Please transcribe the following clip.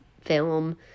film